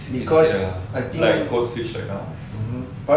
ya like code switch right now mmhmm